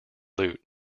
loot